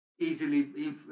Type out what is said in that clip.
Easily